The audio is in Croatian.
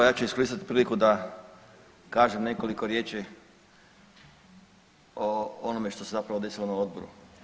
Evo ja ću iskoristit priliku da kažem nekoliko riječi o onome što se zapravo desilo na odboru.